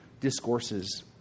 discourses